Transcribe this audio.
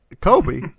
Kobe